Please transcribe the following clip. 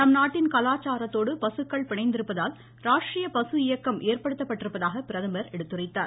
நம் நாட்டின் கலாச்சாரத்தோடு பசுக்கள் பிணைந்திருப்பதால் ராஷ்ட்ரிய பசு இயக்கம் ஏற்படுத்தப்பட்டிருப்பதாக பிரதமர் எடுத்துரைத்தார்